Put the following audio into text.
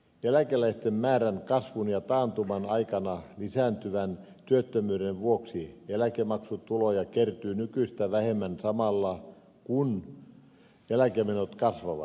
eläkeläisten määrän kasvun ja taantuman aikana lisääntyvän työttömyyden vuoksi eläkemaksutuloja kertyy nykyistä vähemmän samalla kun eläkemenot kasvavat